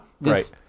right